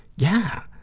yeah,